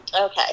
Okay